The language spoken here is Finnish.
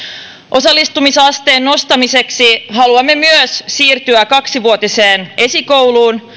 osallistumisasteen nostamiseksi haluamme myös siirtyä kaksivuotiseen esikouluun